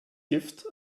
gift